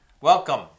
Welcome